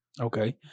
Okay